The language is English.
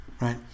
right